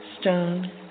stone